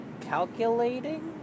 Calculating